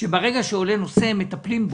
שברגע שעולה נושא מטפלים בו.